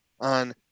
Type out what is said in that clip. on